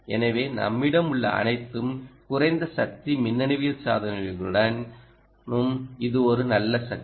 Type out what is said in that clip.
எனவே நம்மிடம் உள்ள அனைத்து குறைந்த சக்தி மின்னணுவியல் சாதனங்களுடனும் இது ஒரு நல்ல சக்தி